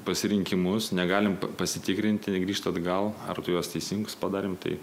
pasirinkimus negalim pasitikrinti grįžt atgal ar tu juos teisingus padarėm tai